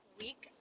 week